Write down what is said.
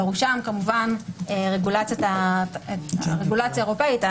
בראשם כמובן רגולציה אירופאית,